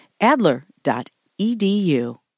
Adler.edu